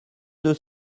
deux